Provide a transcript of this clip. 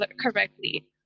correctly